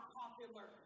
popular